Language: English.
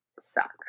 suck